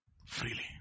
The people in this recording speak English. Freely